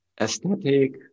aesthetic